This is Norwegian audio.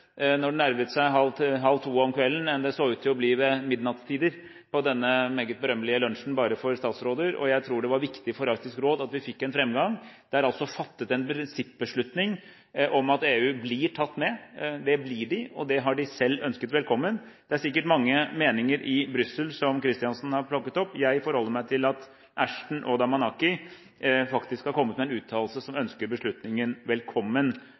nærmet seg halv to om natten enn den så ut til å bli ved midnattstider på denne meget berømmelige lunsjen bare for statsråder, og jeg tror det var viktig for Arktisk råd at vi fikk en framgang. Det er altså fattet en prinsippbeslutning om at EU blir tatt med. Det blir de, og det har de selv ønsket velkommen. Det er sikkert mange meninger i Brussel som Kristiansen har plukket opp. Jeg forholder meg til at Ashton og Damanaki faktisk har kommet med en uttalelse som ønsker beslutningen velkommen,